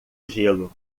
gelo